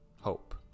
hope